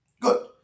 Good